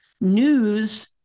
News